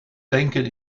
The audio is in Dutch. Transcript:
tanken